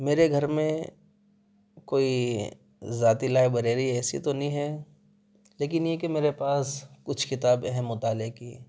میرے گھر میں کوئی ذاتی لائبریری ایسی تو نہیں ہے لیکن یہ کہ میرے پاس کچھ کتابیں ہیں مطالعے کی